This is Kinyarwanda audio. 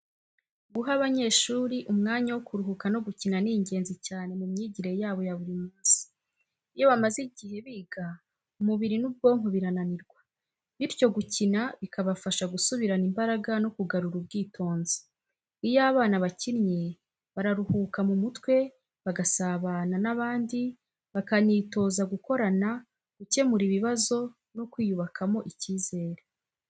Guha abanyeshuri umwanya wo kuruhuka no gukina ni ingenzi cyane mu myigire yabo ya buri munsi. Iyo bamaze igihe biga, umubiri n’ubwonko birananirwa, bityo gukina bikabafasha gusubirana imbaraga no kugarura ubwitonzi. Iyo abana bakinnye, bararuhuka mu mutwe, bagasabana n’abandi, bakanitoza gukorana, gukemura ibibazo no kwiyubakamo icyizere.